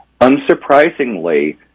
unsurprisingly